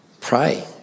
pray